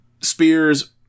Spears